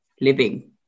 living